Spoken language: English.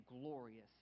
glorious